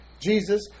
Jesus